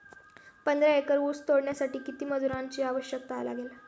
पंधरा एकर ऊस तोडण्यासाठी किती मजुरांची आवश्यकता लागेल?